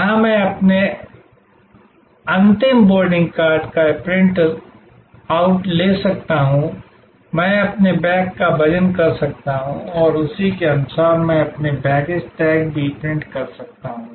यहां मैं अपने अंतिम बोर्डिंग कार्ड का प्रिंट आउट ले सकता हूं मैं अपने बैग का वजन कर सकता हूं और उसी के अनुसार मैं अपने बैगेज टैग भी प्रिंट कर सकता हूं